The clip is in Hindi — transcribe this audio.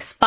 स्पाइरलिस है